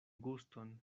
guston